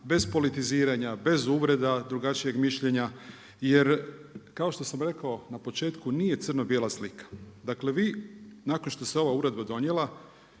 bez politiziranja, bez uvreda, drugačijeg mišljenja, jer kao što sam rekao na početku, nije crno bijela slika. Dakle, vi nakon što se ova Uredba donijela,